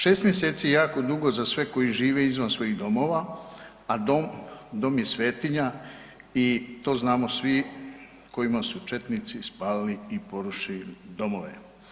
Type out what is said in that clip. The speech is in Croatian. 6 mj. je jako dugo za sve koji žive izvan svojih domova, a dom je svetinja i to znamo svi kojima su četnici spalili i porušili domove.